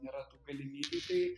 nėra tų galimybių tai